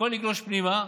הכול יגלוש פנימה,